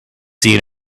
seen